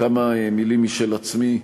כמה מילים משל עצמי,